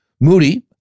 Moody